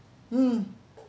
mm